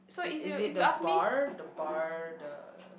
it is it the bar the bar the